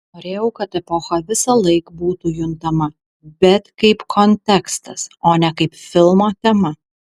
norėjau kad epocha visąlaik būtų juntama bet kaip kontekstas o ne kaip filmo tema